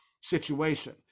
situation